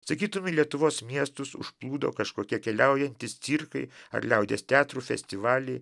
sakytum į lietuvos miestus užplūdo kažkokie keliaujantys cirkai ar liaudies teatrų festivaly